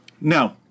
No